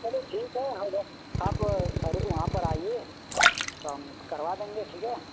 चलो ठीक है आप सर वहाँ पर आइए तो हम करवा देंगे ठीक है